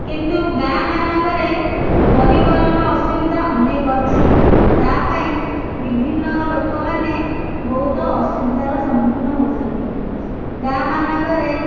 କିନ୍ତୁ ଗାଁମାନଙ୍କରେ ପରିବହନର ଅସୁବିଧା ଅନେକ ଅଛି ତା' ପାଇଁ ବିଭିନ୍ନ ଲୋକମାନେ ବହୁତ ଅସୁବିଧାର ସମ୍ମୁଖୀନ ହେଉଛନ୍ତି ଗାଁମାନଙ୍କରେ